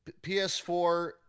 PS4